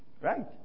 Right